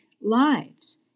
lives